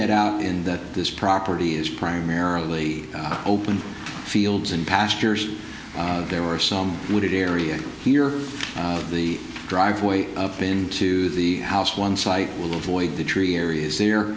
that out in that this property is primarily open fields and pastures there are some wooded area here the driveway up into the house one site will avoid the tree areas he